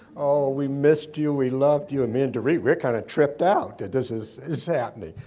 oh, we missed you. we loved you! me and dorit we're kind of tripped out, that this is is happening.